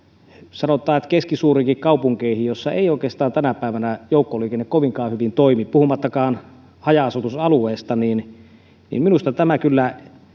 sanotaan keskisuuriinkin kaupunkeihin joissa ei oikeastaan tänä päivänä joukkoliikenne kovinkaan hyvin toimi puhumattakaan haja asutusalueista niin niin minusta tämä kyllä